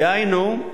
דהיינו,